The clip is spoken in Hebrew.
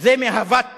זה מאהבת ערב?